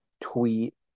tweet